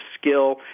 Skill